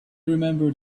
remembered